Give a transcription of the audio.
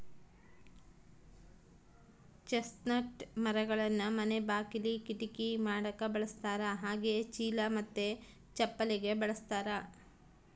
chestnut ಮರಗಳನ್ನ ಮನೆ ಬಾಕಿಲಿ, ಕಿಟಕಿ ಮಾಡಕ ಬಳಸ್ತಾರ ಹಾಗೆಯೇ ಚೀಲ ಮತ್ತೆ ಚಪ್ಪಲಿಗೆ ಬಳಸ್ತಾರ